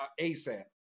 ASAP